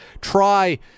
Try